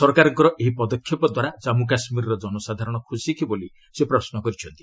ସରକାରଙ୍କର ଏହି ପଦକ୍ଷେପ ଦ୍ୱାରା କାନ୍ମୁ କାଶ୍କୀରର ଜନସାଧାରଣ ଖୁସି କି ବୋଲି ସେ ପ୍ରଶ୍ର କରିଛନ୍ତି